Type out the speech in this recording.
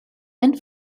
and